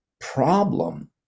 problem